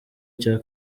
cya